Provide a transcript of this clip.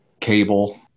cable